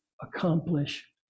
accomplish